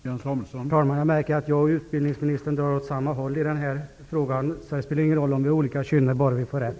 Herr talman! Jag märker att utbildningsministern och jag drar åt samma håll i den här frågan. Det spelar ingen roll om vi har olika kynne, bara vi får rätt.